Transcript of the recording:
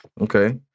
Okay